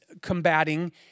combating